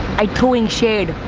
i throwing shade.